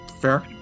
Fair